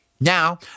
Now